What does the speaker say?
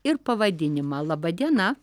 ir pavadinimą laba diena